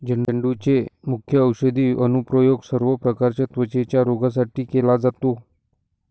झेंडूचे मुख्य औषधी अनुप्रयोग सर्व प्रकारच्या त्वचेच्या रोगांसाठी केला जातो